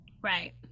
Right